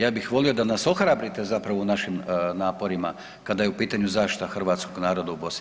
Ja bih volio da nas ohrabrite zapravo u našim naporima kada je u pitanju zaštita hrvatskog naroda u BiH.